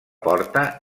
porta